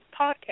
podcast